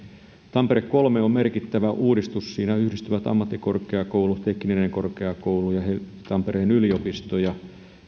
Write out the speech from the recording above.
tampere kolme on merkittävä uudistus siinä yhdistyvät ammattikorkeakoulu teknillinen korkeakoulu ja tampereen yliopisto ja